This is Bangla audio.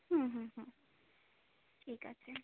হুম হুম হুম ঠিক আছে